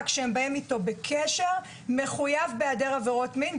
שהם מתקשרים איתו מחויב באישור על היעדר עברות מין.